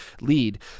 lead